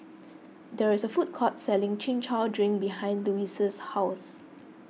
there is a food court selling Chin Chow Drink behind Louise's house